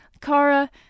Kara